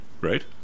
right